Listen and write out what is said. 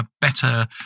better